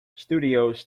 studios